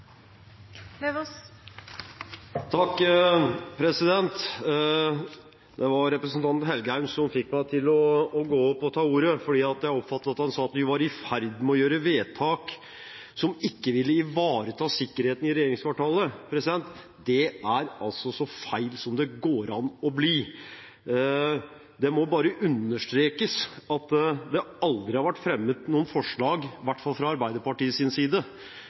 i dag. Det var representanten Engen-Helgheim som fikk meg til å ta ordet, fordi jeg oppfattet at han sa vi var i ferd med å gjøre vedtak som ikke ville ivareta sikkerheten i regjeringskvartalet. Det er altså så feil som det går an å bli. Det må understrekes at det aldri har vært fremmet noe forslag – i hvert fall ikke fra Arbeiderpartiets side